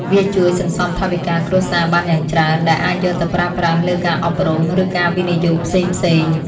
វាជួយសន្សំថវិកាគ្រួសារបានយ៉ាងច្រើន ដែលអាចយកទៅប្រើប្រាស់លើការអប់រំ ឬការវិនិយោគផ្សេងៗ។